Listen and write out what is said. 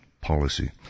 policy